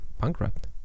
bankrupt